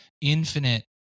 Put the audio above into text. infinite